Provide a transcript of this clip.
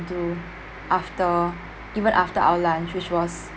until after even after our lunch which was